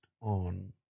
on